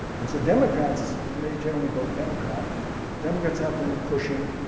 and so democrats and they generally vote democrat and the democrats have been pushing